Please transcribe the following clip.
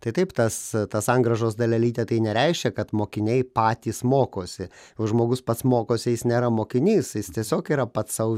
tai taip tas ta sangrąžos dalelytė tai nereiškia kad mokiniai patys mokosi o žmogus pats mokosi jis nėra mokinys jis tiesiog yra pats sau